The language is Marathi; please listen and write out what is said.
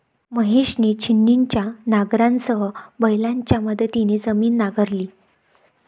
महेशने छिन्नीच्या नांगरासह बैलांच्या मदतीने जमीन नांगरली